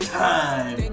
time